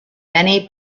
many